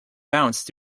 bounce